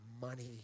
money